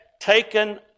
taken